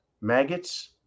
maggots